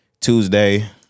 Tuesday